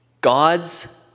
God's